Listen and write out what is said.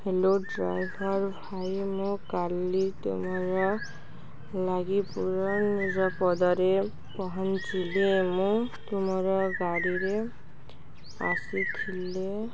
hello driver ଭାଇ ମୁଁ କାଲି ତୁମର ଲାଗିପୁର ନିରାପଦରେ ପହଞ୍ଚିଲି ମୁଁ ତୁମର ଗାଡ଼ିରେ ଆସିଥିଲି